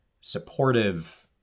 supportive